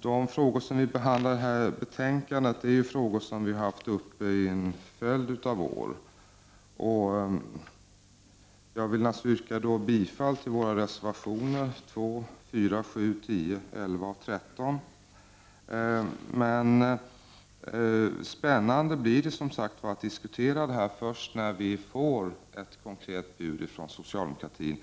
De frågor som vi behandlar i betänkandet är frågor som vi haft uppe i en följd av år. Jag vill alltså yrka bifall till våra reservationer 2, 4, 7, 10, 11 och 13. Men spännande att diskutera detta blir det som sagt först när vi får ett konkret bud från socialdemokraterna om